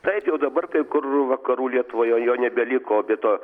taip jau dabar kai kur vakarų lietuvoj jau jo nebeliko be to